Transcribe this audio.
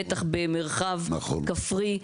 בטח במרחב כפרי.